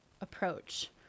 approach